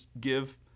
give